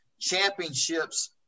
championships